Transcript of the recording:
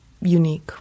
unique